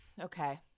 Okay